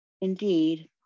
Indeed